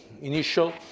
initial